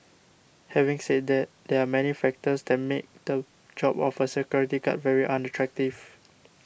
having said that there are many factors that make the job of a security guard very unattractive